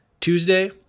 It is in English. Tuesday